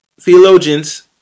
Theologians